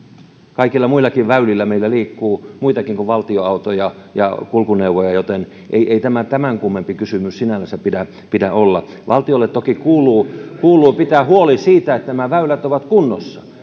kaikilla muillakin väylillä meillä liikkuu muitakin kuin valtion autoja ja kulkuneuvoja joten ei ei tämän tämän kummempi kysymys sinällänsä pidä pidä olla valtiolle toki kuuluu kuuluu pitää huoli siitä että nämä väylät ovat kunnossa